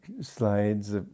slides